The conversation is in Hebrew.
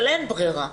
אבל אין ברירה.